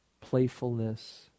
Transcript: playfulness